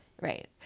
Right